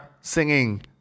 singing